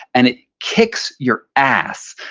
and it kicks your ass.